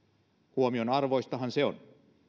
huomionarvoistahan se on